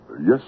Yes